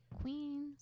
Queens